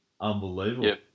unbelievable